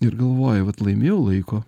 ir galvoji vat laimėjau laiko